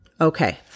okay